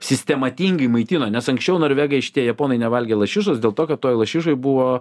sistematingai maitino nes anksčiau norvegai šitie japonai nevalgė lašišos dėl to kad toj lašišoj buvo